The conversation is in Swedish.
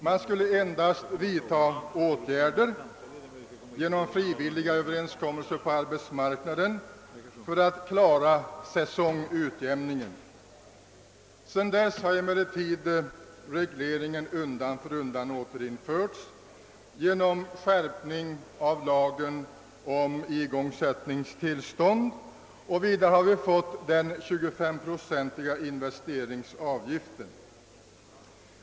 Man skulle endast vidta åtgärder — genom frivilliga överenskommelser på arbetsmarknaden — för att klara säsongutjämningen. Sedan dess har emellertid regleringen undan för undan återinförts genom skärpning av lagen om igångsättningstillstånd. Vidare har vi fått den 25-procentiga investeringsavgiften.